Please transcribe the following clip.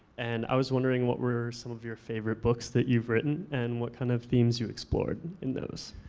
and i was wondering what were some of your favorite books that you've written and what kind of themes you explored in those.